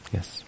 Yes